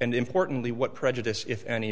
and importantly what prejudice if any